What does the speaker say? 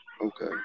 Okay